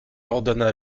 ordonna